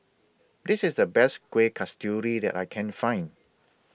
This IS The Best Kueh Kasturi that I Can Find